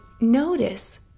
notice